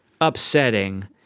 upsetting